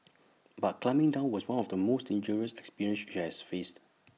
but climbing down was one of the most dangerous experience she she has faced